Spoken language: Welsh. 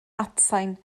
atsain